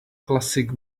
classic